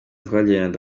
twagiranye